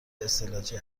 استعلاجی